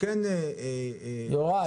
יוראי,